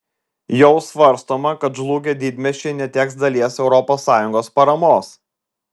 jau svarstoma kad žlugę didmiesčiai neteks dalies europos sąjungos paramos